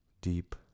deep